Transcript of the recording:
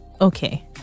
Okay